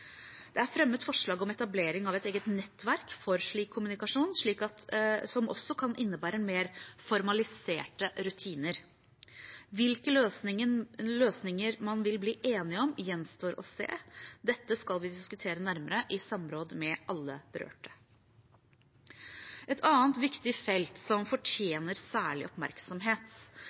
Det er fremmet forslag om etablering av et eget nettverk for slik kommunikasjon, som også kan innebære mer formaliserte rutiner. Hvilke løsninger man vil bli enig om, gjenstår å se. Dette skal vi diskutere nærmere i samråd med alle berørte. Et annet viktig felt som fortjener særlig oppmerksomhet